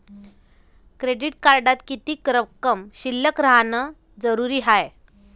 Credit कार्डात किती रक्कम शिल्लक राहानं जरुरी हाय?